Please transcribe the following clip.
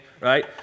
right